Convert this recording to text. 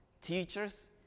teachers